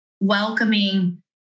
welcoming